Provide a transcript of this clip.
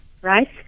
right